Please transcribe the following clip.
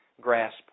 grasp